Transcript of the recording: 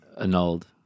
annulled